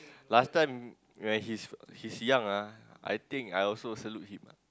last time when he's he's young ah I think I also salute him ah